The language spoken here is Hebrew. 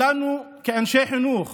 אנחנו כאנשי חינוך